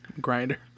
Grinder